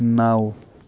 نَو